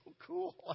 cool